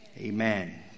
Amen